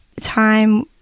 time